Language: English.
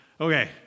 okay